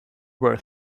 were